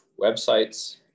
websites